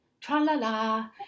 tra-la-la